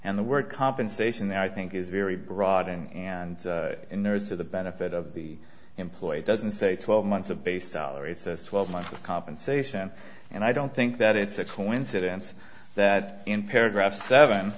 and the word compensation i think is very broad in and in there is to the benefit of the employee doesn't say twelve months of base salary it says twelve months of compensation and i don't think that it's a coincidence that in paragraph seven